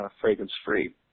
fragrance-free